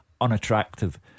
unattractive